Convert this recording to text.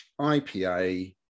IPA